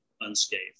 unscathed